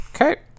Okay